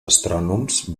astrònoms